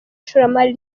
ishoramari